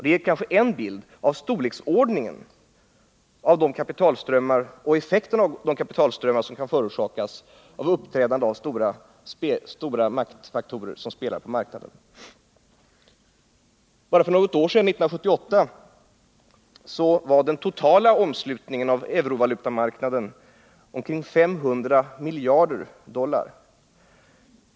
Det ger kanske en bild av storleksordningen på och effekterna av de kapitalströmmar som kan förorsakas av dessa maktfaktorers spel på marknaden. Bara för något år sedan, 1978, var den totala omslutningen av eurovalutamarknaden omkring 500 miljarder dollar.